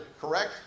correct